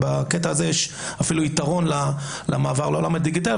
בקטע הזה יש אפילו יתרון למעבר לעולם הדיגיטלי.